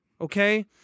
okay